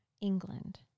England